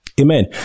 amen